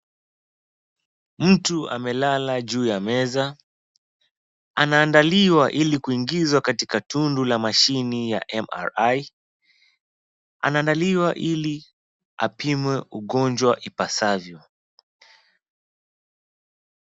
Mtu amelala juu ya meza, anaandaliwa ili kuingizwa katika tundu ya mashini MRI, anaandaliwa ili apimwe ugonjwa ipasavyo.